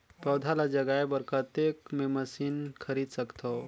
पौधा ल जगाय बर कतेक मे मशीन खरीद सकथव?